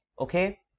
okay